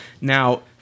Now